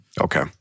Okay